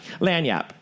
lanyap